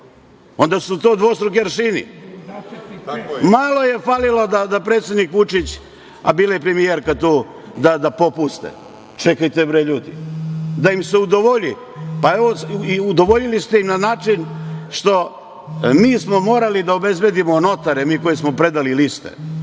Onda su to dvostruki aršini. Malo je falilo da predsednik Vučić, a bila je i premijerka tu, da popuste. Čekajte, bre, ljudi, da im se udovolji? Evo, udovoljili ste ima na način što, mi morali da obezbedimo notare, mi koji smo predali liste,